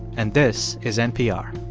and this is npr